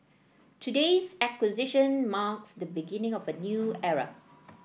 today's acquisition marks the beginning of a new era